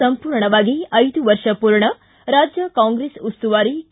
ಸಂಪೂರ್ಣವಾಗಿ ಐದು ವರ್ಷ ಪೂರ್ಣ ರಾಜ್ಯ ಕಾಂಗ್ರೆಸ್ ಉಸ್ತುವಾರಿ ಕೆ